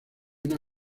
una